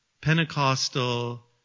Pentecostal